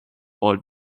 boiled